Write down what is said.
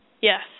Yes